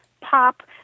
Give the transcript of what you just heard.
pop